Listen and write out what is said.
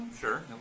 Sure